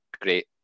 great